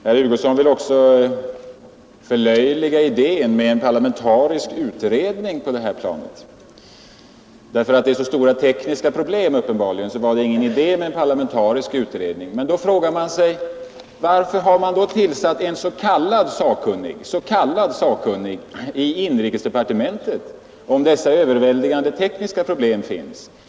Herr Hugosson vill också förlöjliga idén med en parlamentarisk utredning därför att det, enligt honom, uppenbarligen är så stora tekniska problem att det inte är någon idé med en parlamentarisk utredning. Men då kan man fråga sig: Varför har man då tillsatt en s.k. sakkunnig i inrikesdepartementet om dessa överväldigande tekniska problem finns?